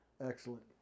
Excellent